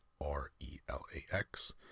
R-E-L-A-X